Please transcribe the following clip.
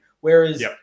Whereas